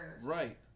Right